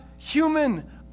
human